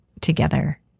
together